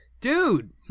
dude